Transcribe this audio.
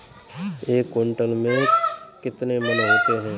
एक क्विंटल में कितने मन होते हैं?